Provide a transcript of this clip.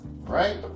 Right